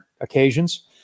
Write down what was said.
occasions